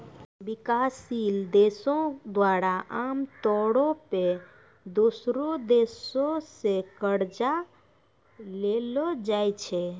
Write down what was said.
विकासशील देशो द्वारा आमतौरो पे दोसरो देशो से कर्जा लेलो जाय छै